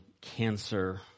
cancer